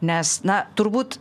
nes na turbūt